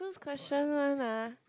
choose question one ah